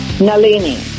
Nalini